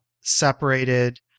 separated